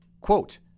Quote